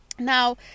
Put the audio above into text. Now